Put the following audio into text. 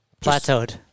plateaued